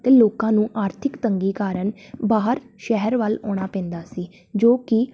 ਅਤੇ ਲੋਕਾਂ ਨੂੰ ਆਰਥਿਕ ਤੰਗੀ ਕਾਰਨ ਬਾਹਰ ਸ਼ਹਿਰ ਵੱਲ ਆਉਣਾ ਪੈਂਦਾ ਸੀ ਜੋ ਕਿ